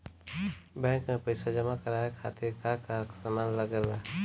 Bank में पईसा जमा करवाये खातिर का का सामान लगेला?